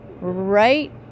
right